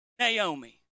Naomi